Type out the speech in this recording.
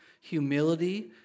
humility